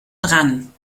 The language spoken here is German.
dran